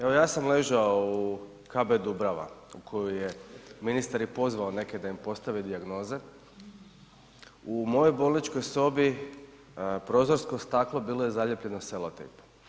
Evo ja sam ležao u KB Dubrava u koju je, ministar je pozvao neke da im postavi dijagnoze, u mojoj bolničkoj sobi prozorsko staklo bilo je zalijepljeno selotejpom.